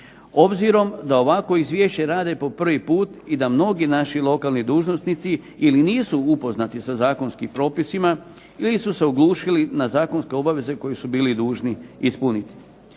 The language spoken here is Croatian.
obzirom da ovako izvješće rade po prvi puta i da mnogi naši lokalni dužnosnici ili nisu upoznati sa zakonskim propisima ili su se oglušili na zakonske obveze koje su bili dužni ispuniti.